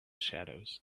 shadows